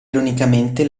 ironicamente